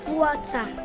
water